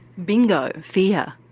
bingo fear.